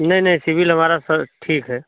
नहीं नहीं सिविल हमारा सर ठीक है